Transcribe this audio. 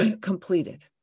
completed